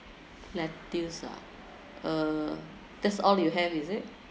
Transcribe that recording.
lettuce ah uh that's all you have is it